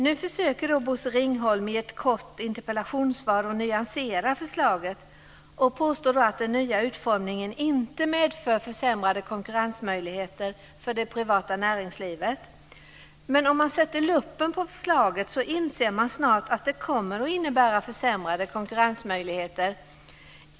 Nu försöker Bosse Ringholm i ett kort interpellationssvar att nyansera förslaget och påstår att den nya utformningen inte medför försämrade konkurrensmöjligheter för det privata näringslivet. Men om man sätter luppen på förslaget inser man snart att det kommer att innebära försämrade konkurrensmöjligheter.